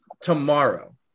Tomorrow